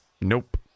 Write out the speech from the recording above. Nope